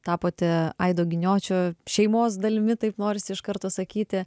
tapote aido giniočio šeimos dalimi taip norisi iš karto sakyti